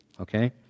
Okay